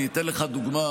אני אתן לך דוגמה,